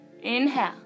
Inhale